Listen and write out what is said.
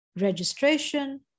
registration